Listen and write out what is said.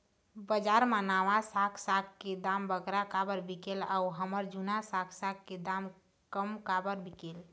बजार मा नावा साग साग के दाम बगरा काबर बिकेल अऊ हमर जूना साग साग के दाम कम काबर बिकेल?